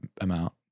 amount